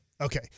Okay